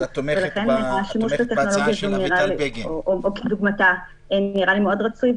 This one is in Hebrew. ולכן נראה לי ששימוש בטכנולוגיה זו או כדוגמתה נראה לי מאוד רצוי,